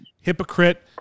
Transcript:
hypocrite